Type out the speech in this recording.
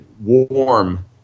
warm